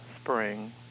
spring